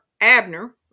Abner